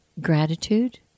gratitude